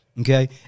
Okay